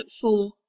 four